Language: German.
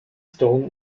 stone